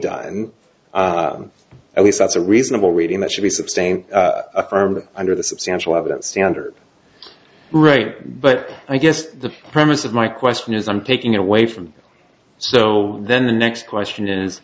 done and at least that's a reasonable reading that should be substantially affirmed under the substantial evidence standard right but i guess the premise of my question is i'm taking away from so then the next question is